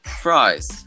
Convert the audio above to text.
fries